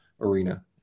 arena